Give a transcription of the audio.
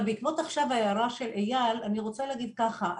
אבל בעקבות ההערה של אייל עכשיו אני רוצה להגיד ככה.